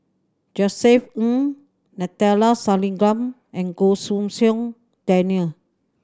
Josef Ng Neila Sathyalingam and Goh Pei Siong Daniel